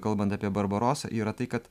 kalbant apie barbarosą yra tai kad